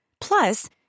Plus